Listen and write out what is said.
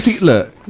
Look